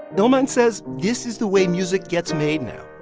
illmind says this is the way music gets made now.